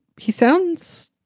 he sounds.